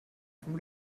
vom